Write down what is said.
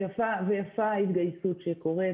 ויפה ההתגייסות שקורית.